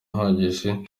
ahagije